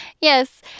Yes